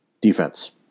defense